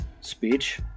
speech